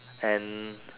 and